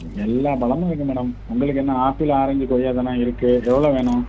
எல்லா பழமும் இருக்கு மேடம் உங்களுக்கு என்ன ஆப்பிள் ஆரஞ்சு கொய்யாதானே இருக்கு எவ்வளோ வேணும்